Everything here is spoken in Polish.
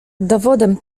dowodem